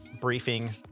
briefing